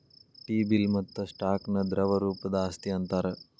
T bill ಮತ್ತ stock ನ ದ್ರವ ರೂಪದ್ ಆಸ್ತಿ ಅಂತಾರ್